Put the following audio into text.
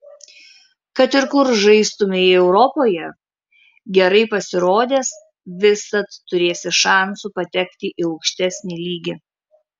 kad ir kur žaistumei europoje gerai pasirodęs visad turėsi šansų patekti į aukštesnį lygį